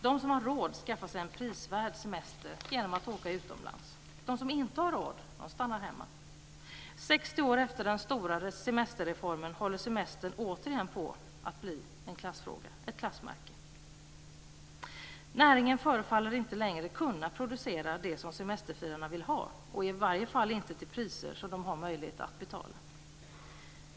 De som har råd skaffar sig en prisvärd semester genom att åka utomlands. De som inte har råd stannar hemma. 60 år efter den stora semesterreformen håller semestern återigen på att bli en klassfråga, ett klassmärke. Näringen förefaller inte längre kunna producera det som semesterfirarna vill ha, i varje fall inte till priser som de har möjlighet att betala.